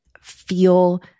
feel